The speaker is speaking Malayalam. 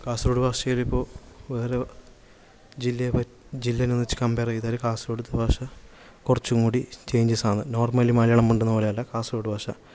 കാസര്ഗോഡ് ഭാഷയിലിപ്പോൾ വേറെ ജില്ലയെ വ ജില്ലനെ വെച്ചു കമ്പയര് ചെയ്താൽ കാസര്ഗോഡത്തെ ഭാഷ കുറച്ചും കൂടി ചേഞ്ചസ്സാന്ന് നോര്മലി മലയാളം ഉണ്ടെന്നു പറയില്ല കാസര്ഗോഡ് ഭാഷ